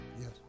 Yes